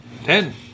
Ten